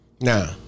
Now